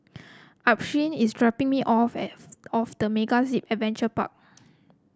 Alphonsine is dropping me off at off the MegaZip Adventure Park